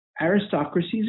aristocracies